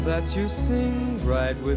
dacijus raikui